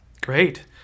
Great